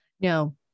No